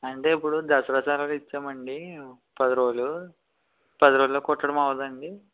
అంటే ఇప్పుడు దసరా సెలవలు ఇచ్చామండి పదిరోజులు పదిరోజుల్లో కుట్టడం అవ్వదా అండి